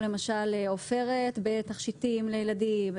למשל עופרת בתכשיטים לילדים,